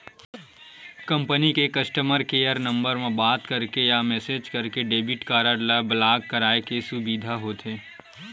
company के customer care number म बात करके या मेसेज करके डेबिट कारड ल ब्लॉक कराए के सुबिधा होथे